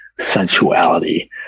sensuality